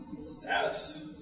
Status